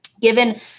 given